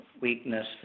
weakness